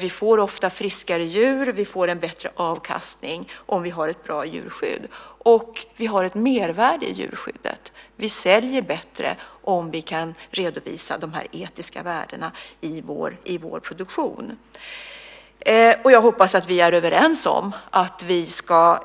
Vi får ofta friskare djur och en bättre avkastning om vi har ett bra djurskydd. Vi har ett mervärde i djurskyddet. Vi säljer bättre om vi kan redovisa de etiska värdena i vår produktion. Jag hoppas att vi är överens om att vi ska